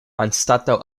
anstataŭ